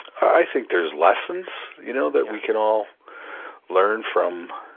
i think there's lessons you know, that we can all learn from,